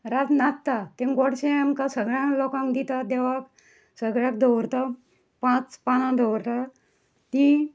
रात नात्ता तें गोडशें आमकां सगळ्यांक लोकांक दिता देवाक सगळ्यांक दवरता पांच पानां दवरता तीं